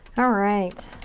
alright.